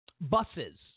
buses